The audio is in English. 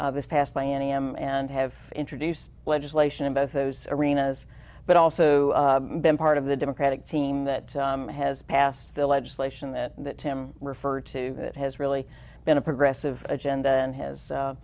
this passed by am and have introduced legislation in both those arenas but also been part of the democratic team that has passed the legislation that him refer to it has really been a progressive agenda and has